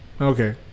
Okay